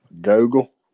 Google